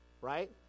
right